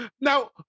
Now